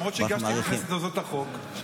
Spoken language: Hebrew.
למרות שהגשתי בכנסת הזאת את הצעת החוק,